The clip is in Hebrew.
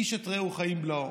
איש את רעהו חיים בלעו".